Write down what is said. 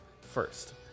first